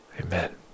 Amen